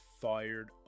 fired